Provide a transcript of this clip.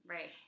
Right